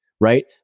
right